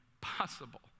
possible